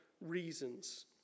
reasons